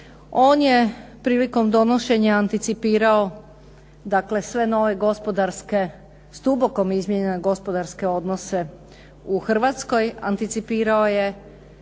On je prilikom donošenja anticipirao, dakle sve nove gospodarske, s dubokom izmijenjene gospodarske odnose u Hrvatskoj. Anticipirao je